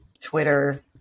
Twitter